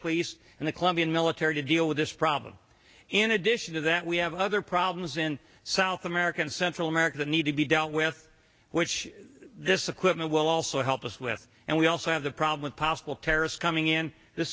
police and the colombian military to deal with this problem in addition to that we have other problems in south america and central america that need to be dealt with which this equipment will also help us with and we also have the problem of possible terrorists coming in the